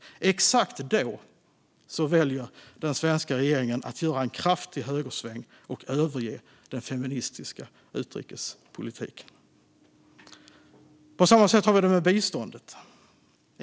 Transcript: Exakt då väljer den svenska regeringen att göra en kraftig högersväng och överge den feministiska utrikespolitiken. På samma sätt har vi det med biståndet.